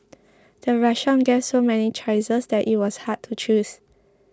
the restaurant gave so many choices that it was hard to choose